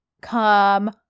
come